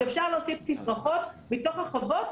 שאפשר להוסיף תפרחות מתוך החוות,